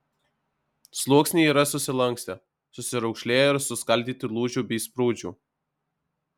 sluoksniai yra susilankstę susiraukšlėję ir suskaldyti lūžių bei sprūdžių